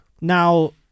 Now